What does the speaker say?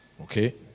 okay